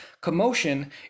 Commotion